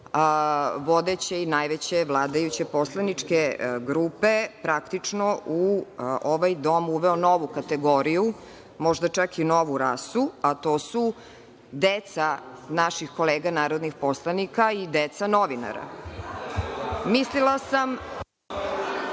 vodeće i najveće vladajuće poslaničke grupe praktično u ovaj dom uveo novu kategoriju, možda čak i novu rasu, a to su deca naših kolega narodnih poslanika i deca novinara. (Isključen